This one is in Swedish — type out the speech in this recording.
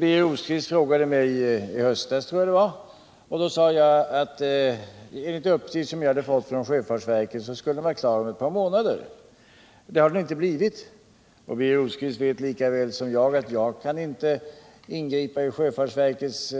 Birger Rosqvist frågade mig i höstas, tror jag det var, och då sade jag att den enligt uppgifter som jag fått från sjöfartsverket skulle vara klar om ett par månader. Det har den inte blivit, och Birger Rosqvist vet lika väl som jag att jag inte kan ingripa i sjöfartsverkets